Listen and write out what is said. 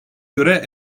göre